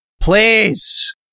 Please